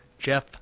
Jeff